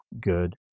good